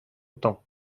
temps